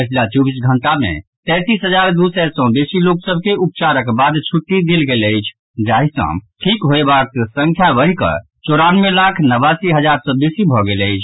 पछिला चौबीस घंटा मे तैंतीस हजार दू सय सँ बेसी लोक सभ के उपचारक बाद छुट्टी देल गेल अछि जाहिसँ ठीक होबयवा के संख्या बढ़ि कऽ चौरानवे लाख नवासी हजार सँ बेसी भऽ गेल अछि